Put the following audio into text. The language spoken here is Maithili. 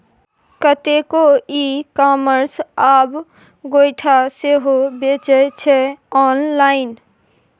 कतेको इ कामर्स आब गोयठा सेहो बेचै छै आँनलाइन